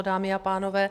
Dámy a pánové.